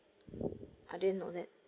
I didn't know that